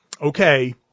Okay